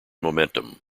momentum